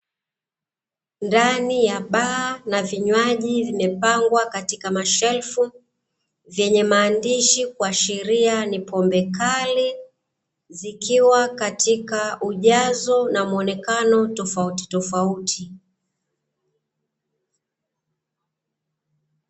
Ndani ya baa na vinywaji vimepangwa katika mashelfu vyenye maandishi kuashiria ni pombe kali zikiwa katika ujazo na muonekano tofautitofauti.